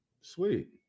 Sweet